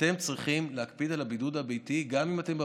אתם צריכים להקפיד על הבידוד הביתי גם אם אתם בבית.